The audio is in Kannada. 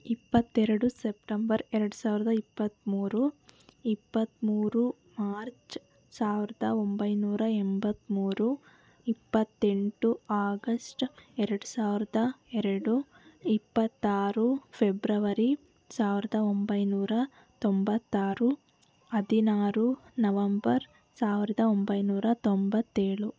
ಇಪ್ಪತ್ತೆರಡು ಸೆಪ್ಟೆಂಬರ್ ಎರಡು ಸಾವಿರದ ಇಪ್ಪತ್ತ್ಮೂರು ಇಪ್ಪತ್ತ್ಮೂರು ಮಾರ್ಚ್ ಸಾವಿರದ ಒಂಬೈನೂರ ಎಂಬತ್ತ್ಮೂರು ಇಪ್ಪತ್ತೆಂಟು ಆಗಸ್ಟ್ ಎರಡು ಸಾವಿರದ ಎರಡು ಇಪ್ಪತ್ತಾರು ಫೆಬ್ರವರಿ ಸಾವಿರದ ಒಂಬೈನೂರ ತೊಂಬತ್ತಾರು ಹದಿನಾರು ನವೆಂಬರ್ ಸಾವಿರದ ಒಂಬೈನೂರ ತೊಂಬತ್ತೇಳು